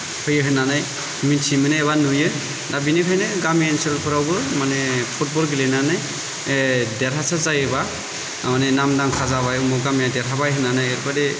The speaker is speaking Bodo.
होयो होननानै मिथिमोनो एबा नुयो दा बेनिफ्रायनो गामि ओनसोलफोरावबो माने फुटबल गेलेनानै देरहासार जायो एबा माने नामदांखा जाबाय अमुख गामिया देरहाबाय होननानै ओरैबादि